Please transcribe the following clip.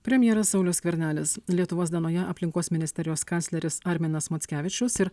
premjeras saulius skvernelis lietuvos dienoje aplinkos ministerijos kancleris arminas mockevičius ir